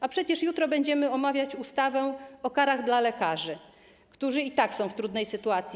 A przecież jutro będziemy omawiać ustawę o karach dla lekarzy, którzy i tak są w trudnej sytuacji.